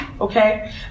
Okay